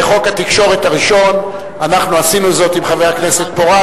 בחוק התקשורת הראשון אנחנו עשינו זאת עם חבר הכנסת פורז,